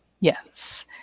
Yes